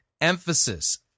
emphasis